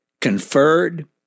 conferred